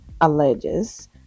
alleges